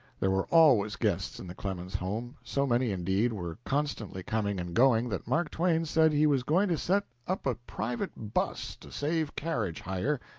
there were always guests in the clemens home so many, indeed, were constantly coming and going that mark twain said he was going to set up a private bus to save carriage hire.